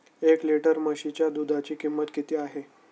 एक लिटर म्हशीच्या दुधाची किंमत किती आहे?